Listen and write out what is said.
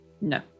No